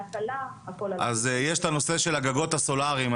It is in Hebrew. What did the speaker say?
יש את הנושא של הגגות הסולריים.